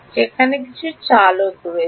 সেখানে কিছু চালক রয়েছে